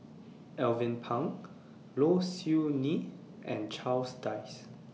Alvin Pang Low Siew Nghee and Charles Dyce